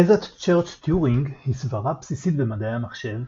תזת צ'רץ'-טיורינג היא סברה בסיסית במדעי המחשב,